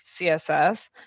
CSS